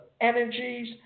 energies